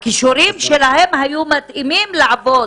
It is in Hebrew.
הכישורים להם היו מתאימים כדי לעבוד,